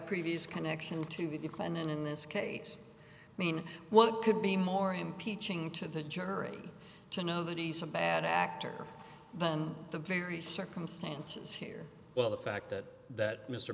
previous connection to the defendant in this case i mean what could be more impeaching to the jury to know that he's a bad actor but on the very circumstances here well the fact that